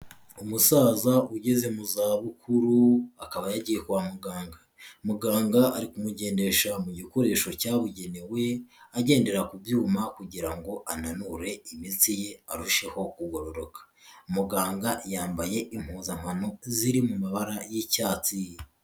Umusaza ugeze mu zabukuru akaba yagiye kwa muganga, muganga ari kumugendesha mu gikoresho cyabugenewe agendera ku byuma kugira ngo ananure imitsi ye arusheho kugororoka, muganga yambaye impuzankano ziri mu mabara y'icyatsi.